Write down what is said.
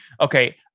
Okay